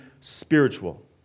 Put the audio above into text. spiritual